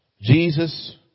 Jesus